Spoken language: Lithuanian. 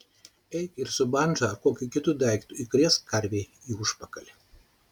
eik ir su bandža ar kokiu kitu daiktu įkrėsk karvei į užpakalį